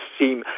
seem